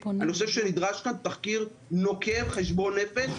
אני חושב שנדרש כאן תחקיר נוקב וחשבון נפש,